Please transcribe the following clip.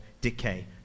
decay